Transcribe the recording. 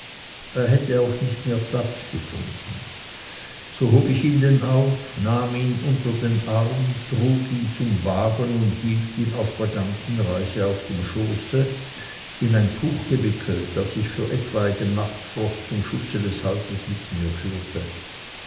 er hätte auch nicht mehr platz gefunden so hob ich ihn denn auf nahm ihn unter den arm trug ihn zum wagen und hielt ihn auf der ganzen reise auf dem schoße in ein tuch gewickelt das ich für etwaigen nachtfrost zum schutze des halses mit mir führte